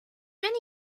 many